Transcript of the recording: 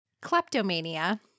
kleptomania